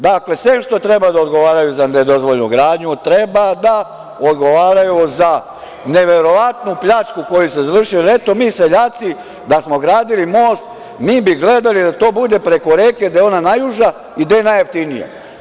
Dakle, sem što treba da odgovaraju za nedozvoljenu gradnju, treba da odgovaraju za neverovatnu pljačku koju su izvršili, jer eto, mi seljaci da smo gradili most, mi bi gledali da to bude preko reke gde je ona najuža i gde je najjeftinije.